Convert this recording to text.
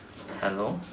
hello